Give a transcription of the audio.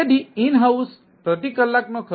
તેથી in house પ્રતિ કલાક નો ખર્ચ 57